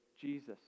jesus